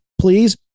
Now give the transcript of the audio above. please